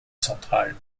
central